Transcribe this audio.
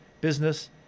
business